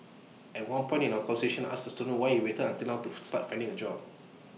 at one point in our conversation I asked the student why he waited until now to start finding A job